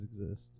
exist